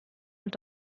und